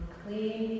clean